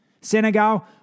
Senegal